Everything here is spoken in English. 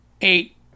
eight